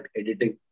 editing